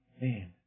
man